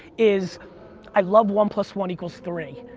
is i love one plus one equals three,